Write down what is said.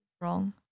wrong